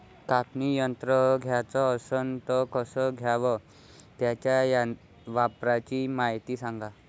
कापनी यंत्र घ्याचं असन त कस घ्याव? त्याच्या वापराची मायती सांगा